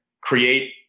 Create